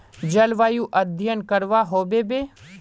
जलवायु अध्यन करवा होबे बे?